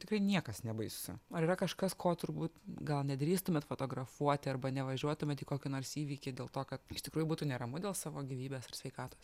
tikrai niekas nebaisu ar yra kažkas ko turbūt gal nedrįstumėt fotografuoti arba nevažiuotumėt į kokį nors įvykį dėl to kad iš tikrųjų būtų neramu dėl savo gyvybės ar sveikatos